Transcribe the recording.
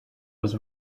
was